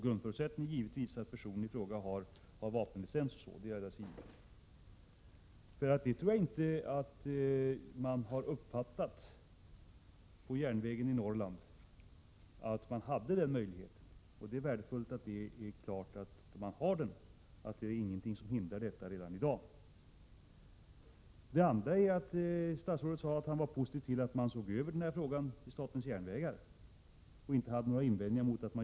Grundförutsättningen är givetvis att personen i fråga har jaktlicens. Jag tror inte att man vid järnvägen i Norrland har uppfattat att man har den möjligheten. Därför är det värdefullt att det klargörs att den möjligheten finns, dvs. att inget hindrar detta förfarande redan i dag. Det andra är att statsrådet sade att han var positiv till att SJ såg över frågan och inte hade några invändningar mot det.